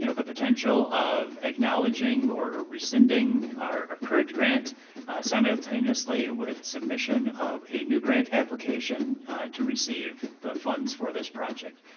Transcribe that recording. you know the potential of acknowledging or rescinding our current grant simultaneously with submission of a new grant application to receive the funds for this project.